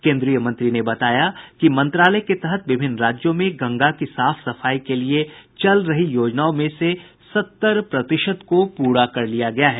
केंद्रीय मंत्री ने बताया कि मंत्रालय के तहत विभिन्न राज्यों में गंगा की साफ सफाई के लिये चल रही योजनाओं में से सत्तर प्रतिशत को पूरा कर लिया गया है